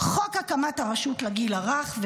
חוק הקמת הרשות לגיל הרך,